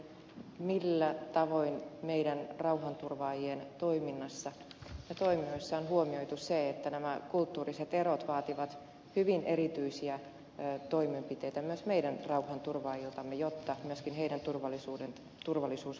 millä tavoin meidän rauhanturvaajiemme toiminnassa ja toimimisessa on huomioitu se että nämä kulttuuriset erot vaativat hyvin erityisiä toimenpiteitä myös meidän rauhanturvaajiltamme jotta myöskin heidän turvallisuutensa voidaan taata